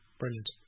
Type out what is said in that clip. brilliant